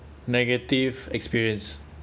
negative experience